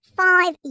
five